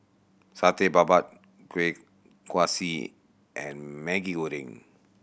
Satay Babat Kuih Kaswi and Maggi Goreng